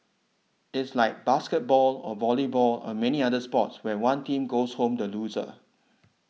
it's like basketball or volleyball or many other sports where one team goes home the loser